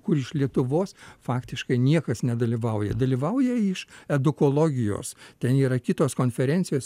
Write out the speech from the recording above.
kur iš lietuvos faktiškai niekas nedalyvauja dalyvauja iš edukologijos ten yra kitos konferencijos